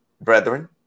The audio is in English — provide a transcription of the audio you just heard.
Brethren